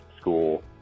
school